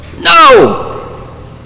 No